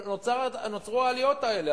נוצרו העליות האלה.